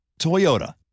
Toyota